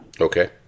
Okay